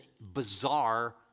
bizarre